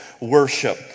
worship